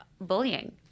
bullying